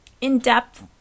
in-depth